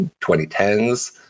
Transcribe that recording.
2010s